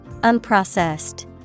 Unprocessed